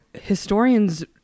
historians